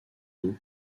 eau